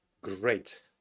Great